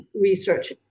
research